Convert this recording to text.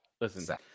Listen